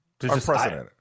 unprecedented